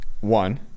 one